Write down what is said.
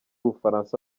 bufaransa